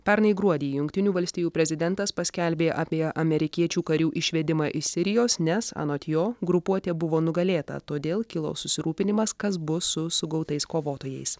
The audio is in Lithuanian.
pernai gruodį jungtinių valstijų prezidentas paskelbė apie amerikiečių karių išvedimą iš sirijos nes anot jo grupuotė buvo nugalėta todėl kilo susirūpinimas kas bus su sugautais kovotojais